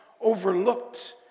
overlooked